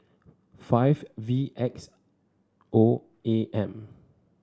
five V X O A M